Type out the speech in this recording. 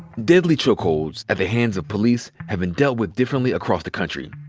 deadly chokeholds at the hands of police have been dealt with differently across the country.